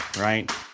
right